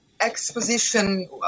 exposition